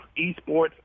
esports